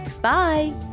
Bye